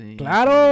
claro